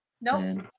Nope